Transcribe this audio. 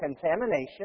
contamination